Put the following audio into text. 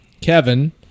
Kevin